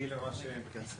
זכות הדיבור שלכם, חברי הכנסת.